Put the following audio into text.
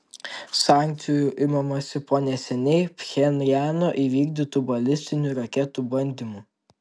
sankcijų imamasi po neseniai pchenjano įvykdytų balistinių raketų bandymų